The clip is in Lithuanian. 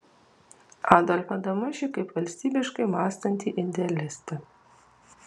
adolfą damušį kaip valstybiškai mąstantį idealistą